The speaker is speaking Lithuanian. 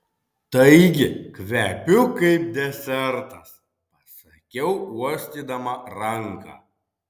taigi kvepiu kaip desertas pasakiau uostydama ranką